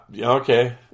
okay